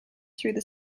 through